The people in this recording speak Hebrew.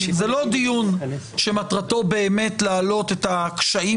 זה לא דיון שמטרתו באמת להעלות את הקשיים